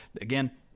again